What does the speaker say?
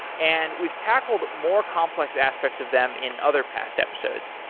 and we've tackled more complex aspects of them in other past episodes.